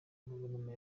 guverinoma